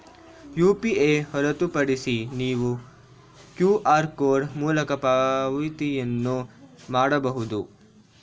UPI ಹೊರತುಪಡಿಸಿ ನೀವು QR code ಮೂಲಕ ಪಾವತಿಯನ್ನು ಮಾಡಬಹುದು